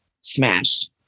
smashed